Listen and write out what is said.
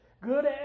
Good